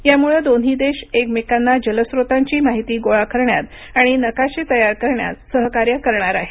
यामुळं दोन्ही देश एकमेकांना जलस्त्रोतांची माहिती गोळा करण्यात आणि नकाशे तयार करण्यात सहकार्य करणार आहेत